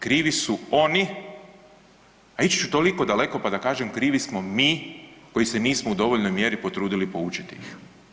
Krivi su oni, a ići ću toliko daleko pa da kažem krivi smo mi koji se nismo u dovoljnoj mjeri potrudili se poučiti ih.